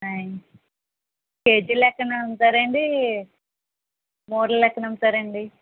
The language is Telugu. ఆయ్ కేజీల లెక్కన అమ్ముతారండీ మూరల లెక్కన అమ్ముతారండి